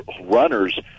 runners